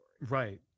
Right